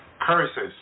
curses